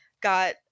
got